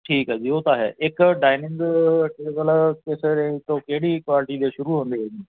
ਠੀਕ ਹੈ ਜੀ ਉਹ ਤਾਂ ਹੈ ਇੱਕ ਡਾਈਨਿੰਗ ਟੇਬਲ ਕਿਸ ਰੇਂਜ ਤੋਂ ਕਿਹੜੀ ਕੁਆਲਿਟੀ ਦੇ ਸ਼ੁਰੂ ਹੁੰਦੇ ਹੈ ਜੀ